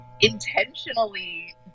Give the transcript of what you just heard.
intentionally